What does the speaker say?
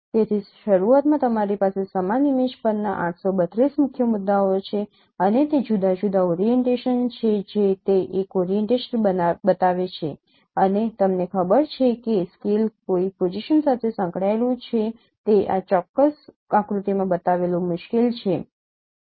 તેથી શરૂઆતમાં તમારી પાસે સમાન ઇમેજ પરના ૮૩૨ મુખ્ય મુદ્દાઓ છે અને તે જુદાં જુદાં ઓરીએન્ટેશન છે જે તે એક ઓરીએન્ટેશન બતાવે છે અને તમને પણ ખબર છે કે સ્કેલ કોઈ પોઝિશન સાથે સંકળાયેલું છે તે આ ચોક્કસ આકૃતિમાં બતાવવું મુશ્કેલ છે